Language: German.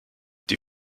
die